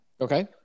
Okay